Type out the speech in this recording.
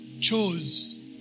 chose